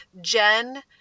Jen